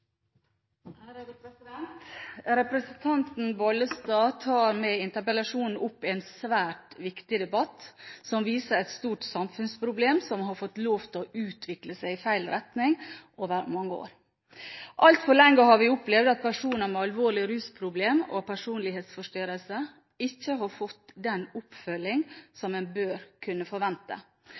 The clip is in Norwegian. Representanten Bollestad tar med interpellasjonen opp en svært viktig debatt, som viser et stort samfunnsproblem som har fått lov til å utvikle seg i feil retning over mange år. Altfor lenge har vi opplevd at personer med alvorlige rusproblemer og personlighetsforstyrrelser ikke har fått den oppfølging som en bør kunne forvente.